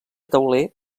tauler